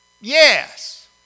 Yes